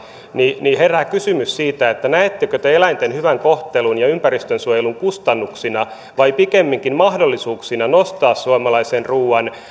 niin niin herää kysymys näettekö te eläinten hyvän kohtelun ja ympäristönsuojelun kustannuksina vai pikemminkin mahdollisuuksina nostaa suomalaisen ruuan